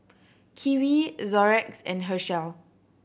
Kiwi Xorex and Herschel